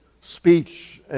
speech